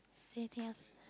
is there anything else